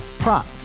Prop